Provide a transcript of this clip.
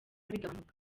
bigabanuka